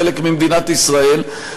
חלק ממדינת ישראל.